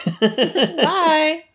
Bye